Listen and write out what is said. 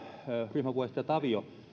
ryhmäpuheenjohtaja tavio